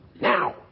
Now